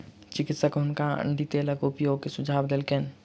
चिकित्सक हुनका अण्डी तेलक उपयोग के सुझाव देलकैन